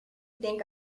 think